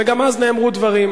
וגם אז נאמרו דברים.